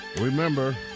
Remember